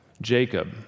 Jacob